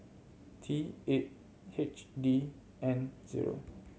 T eight H D N zero